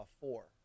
four